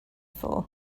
for